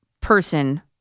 person